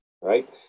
right